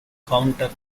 counter